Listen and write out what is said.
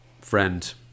friend